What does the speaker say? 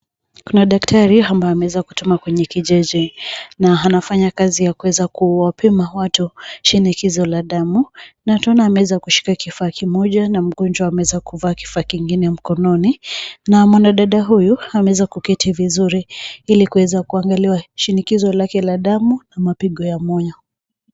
Kuna daktari ambaye ameweka kutumwa kwenye kijiji na anafanya kazi ya kuweza kuwapima watu shinikizo la damu na tunaona ameweza kushika kifaa kimoja na mgonjwa ameweza kuvaa kifaa kingine mkononi na mwanadada huyu ameweza kuketi vizuri ili kuweza kuangaliwa shinikizo lake la damu na pigo la moyo.